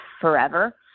forever